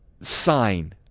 sign